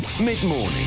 Mid-morning